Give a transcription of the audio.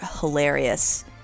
hilarious